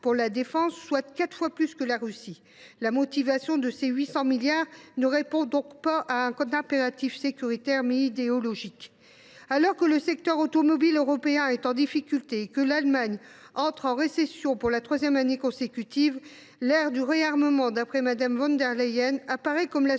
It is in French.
La motivation de ces 800 milliards d’euros supplémentaires répond donc à un impératif non pas sécuritaire, mais idéologique. Alors que le secteur automobile européen est en difficulté et que l’Allemagne entre en récession pour la troisième année consécutive, l’ère du réarmement d’après Mme von der Leyen apparaît comme la solution